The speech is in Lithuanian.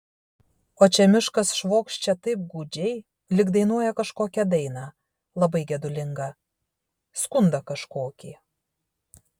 o čia miškas švokščia taip gūdžiai lyg dainuoja kažkokią dainą labai gedulingą skundą kažkokį